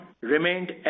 remained